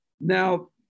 Now